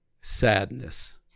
Sadness